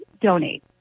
donate